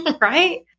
right